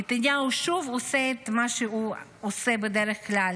נתניהו שוב עושה את מה שהוא עושה בדרך כלל